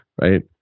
right